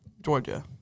Georgia